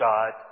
God